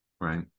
Right